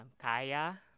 Kaya